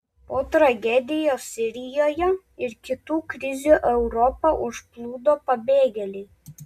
po tragedijos sirijoje ir kitų krizių europą užplūdo pabėgėliai